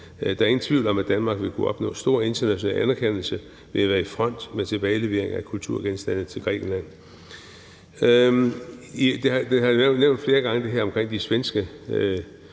Der er ingen tvivl om, at Danmark ville kunne opnå stor international anerkendelse ved at være i front med tilbageleveringen af kulturgenstande til Grækenland. Jeg har flere gange nævnt det her omkring de svenske